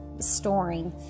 storing